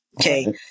Okay